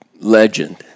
legend